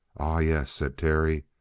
ah, yes, said terry.